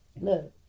Look